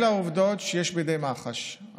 אלה העובדות שיש בידי מח"ש.